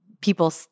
people